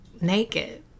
naked